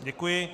Děkuji.